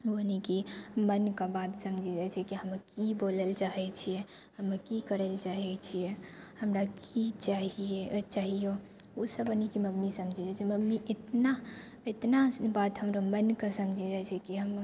यानि कि मनके बात समझि जाइ छै कि हम कि बोलल चाहे छियै हम कि करै लअ चाहे छियै हमरा कि चाहिए ओ चाहिए ओ सबसँ नीक मम्मी समझि जाइ छै मम्मी इतना इतना बात हमरा मनके समझि जाइ छै कि हम